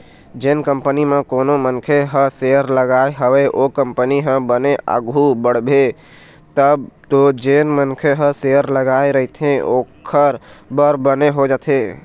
जेन कंपनी म कोनो मनखे ह सेयर लगाय हवय ओ कंपनी ह बने आघु बड़गे तब तो जेन मनखे ह शेयर लगाय रहिथे ओखर बर बने हो जाथे